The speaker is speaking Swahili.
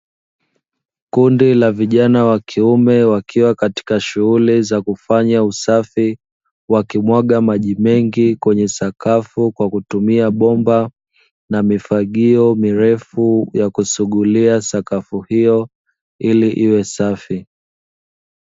Kundi la vijana wa kiume wakiwa katika shughuli za kufanya usafi, wakimwaga maji mengi kwenye sakafu kwa kutumia bomba na mifagio mirefu ya kusugulia sakafu hiyo ili iwe safi.